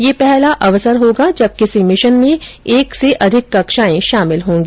यह पहला अवसर होगा जब किसी मिशन में एक से अधिक कक्षाएं शामिल होंगी